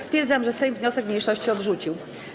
Stwierdzam, że Sejm wniosek mniejszości odrzucił.